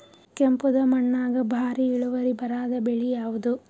ಕೆಂಪುದ ಮಣ್ಣಾಗ ಭಾರಿ ಇಳುವರಿ ಬರಾದ ಬೆಳಿ ಯಾವುದು?